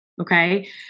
Okay